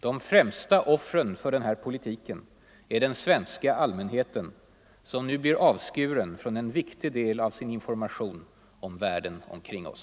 De främsta offren för den här politiken är den svenska allmänheten som nu blir avskuren från en viktig del av sin information om världen omkring oss.